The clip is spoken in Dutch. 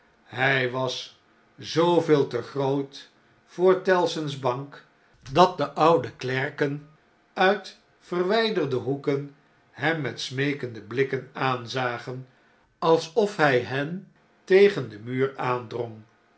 hy was zooveel te groot voor tellson's bank dat de oude klerken uit verwyderde hoeken hem met smeekende blikken aanzagen alsof hy hen tegen den muur aandrong